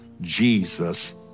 Jesus